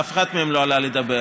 אף אחד מהם לא עלה לדבר.